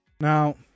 Now